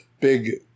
big